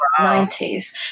90s